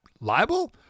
libel